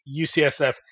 UCSF